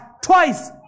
twice